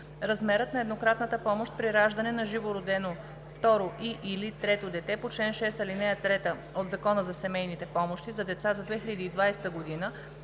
Размерът на еднократната помощ при раждане на живородено второ и/или трето дете по чл. 6, ал. 3 от Закона за семейни помощи за деца за 2020 г.